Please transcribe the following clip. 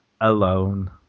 alone